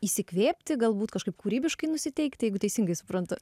įsikvėpti galbūt kažkaip kūrybiškai nusiteikti jeigu teisingai suprantu